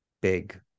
big